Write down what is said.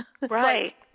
Right